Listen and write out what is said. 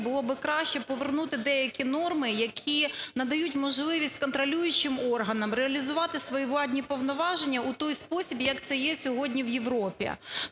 було би краще повернути деякі норми, які надають можливість контролюючим органам реалізувати свої владні повноваження у той спосіб, як це є сьогодні в Європі.